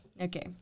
Okay